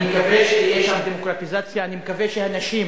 אני מקווה שתהיה שם דמוקרטיזציה, אני מקווה שנשים,